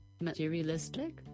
materialistic